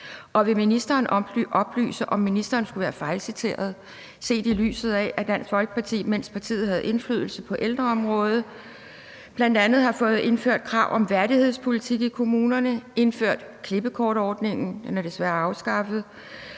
og vil ministeren oplyse, om ministeren skulle være fejlciteret, set i lyset af at Dansk Folkeparti, mens partiet havde indflydelse på ældreområdet, bl.a. har fået indført krav om værdighedspolitik i kommunerne, indført klippekortordningen – den er desværre afskaffet